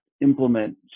implement